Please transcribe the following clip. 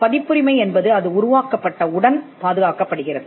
பதிப்புரிமை என்பது அது உருவாக்கப்பட்ட உடன் பாதுகாக்கப்படுகிறது